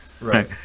right